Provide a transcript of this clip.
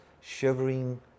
shivering